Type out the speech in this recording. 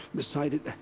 beside it.